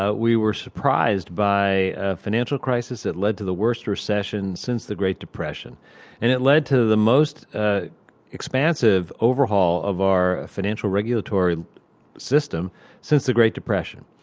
ah we were surprised by a financial crisis that led to the worst recession since the great depression and it led to the most ah expansive overhaul of our financial regulatory system since the great depression.